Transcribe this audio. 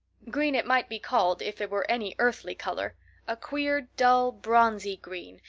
green it might be called, if it were any earthly color a queer, dull, bronzy green,